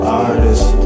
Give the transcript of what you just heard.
artist